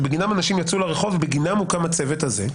שבגינם אנשים יצאו לרחוב ובגינם הוקם הצוות הזה.